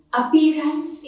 appearance